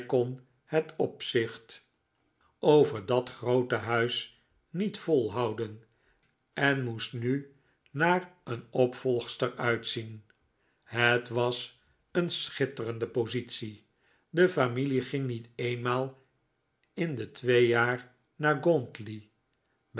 het opzicht over dat groote huis niet volhouden en moest nu naar een opvolgster uitzien het was een schitterende positie de familie ging niet eenmaal in de twee jaar naar